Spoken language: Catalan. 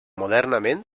modernament